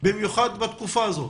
במיוחד בתקופה הזו.